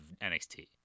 NXT